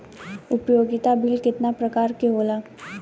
उपयोगिता बिल केतना प्रकार के होला?